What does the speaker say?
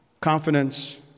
Confidence